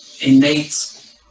innate